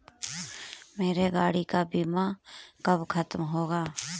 मेरे गाड़ी का बीमा कब खत्म होगा?